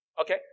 Okay